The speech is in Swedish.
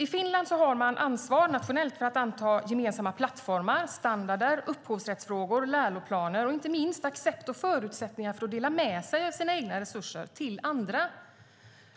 I Finland har man ansvar nationellt för att anta gemensamma plattformar, standarder, upphovsrättsfrågor, läroplaner och inte minst accept och förutsättningar för att dela med sig av sina egna resurser till andra.